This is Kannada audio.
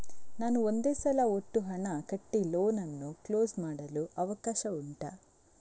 ನಾನು ಒಂದೇ ಸಲ ಒಟ್ಟು ಹಣ ಕಟ್ಟಿ ಲೋನ್ ಅನ್ನು ಕ್ಲೋಸ್ ಮಾಡಲು ಅವಕಾಶ ಉಂಟಾ